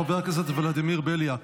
חבר הכנסת ולדימיר בליאק,